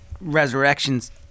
resurrections